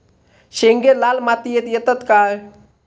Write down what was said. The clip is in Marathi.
शेंगे लाल मातीयेत येतत काय?